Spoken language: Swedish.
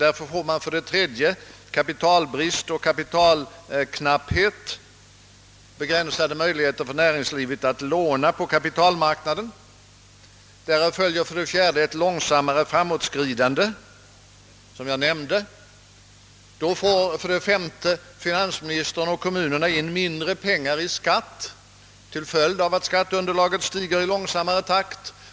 Därför får man för det tredje kapitalknapphet och begränsade möjligheter för näringslivet att låna på kapitalmarknaden. Därav följer för det fjärde ett långsammare framåtskridande, såsom jag nämnde. Då får, för det femte, finansministern och kommunerna in mindre pengar i skatt till följd av att skatteunderlaget stiger i långsammare takt.